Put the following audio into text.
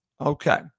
Okay